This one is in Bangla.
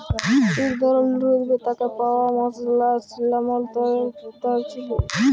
ইক ধরলের উদ্ভিদ থ্যাকে পাউয়া মসলা সিল্লামল মালে দারচিলি